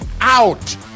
out